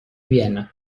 viena